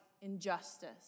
injustice